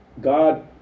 God